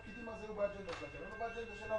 פשוט הפקידים זה לא בידיים שלכם ולא בשלנו.